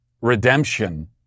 redemption